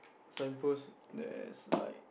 sign post there's like